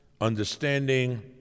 understanding